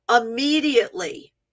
immediately